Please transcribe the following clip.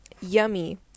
yummy